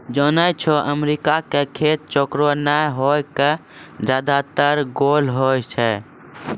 जानै छौ अमेरिका के खेत चौकोर नाय होय कॅ ज्यादातर गोल होय छै